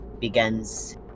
begins